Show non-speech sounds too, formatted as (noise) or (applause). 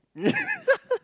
(laughs)